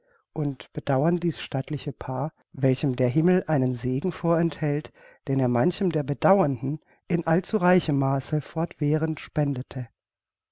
und bedauern dieß stattliche paar welchem der himmel einen segen vorenthält den er manchem der bedauernden in allzureichem maße fortwährend spendete